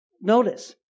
Notice